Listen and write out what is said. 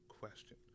question